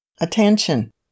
Attention